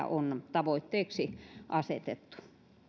on tavoitteeksi asetettu